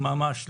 ממש לא.